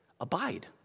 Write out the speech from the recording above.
Abide